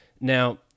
Now